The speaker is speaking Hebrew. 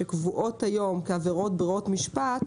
שקבועות היום כעבירות ברירות משפט,